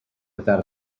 without